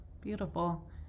beautiful